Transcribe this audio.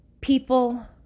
people